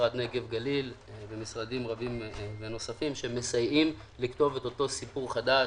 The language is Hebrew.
משרד נגב גליל ומשרדים רבים נוספים שמסייעים לכתוב את אותו סיפור חדש.